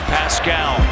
Pascal